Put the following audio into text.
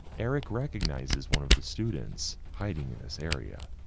eric recognizes one of the students hiding in this area,